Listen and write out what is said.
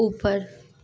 ऊपर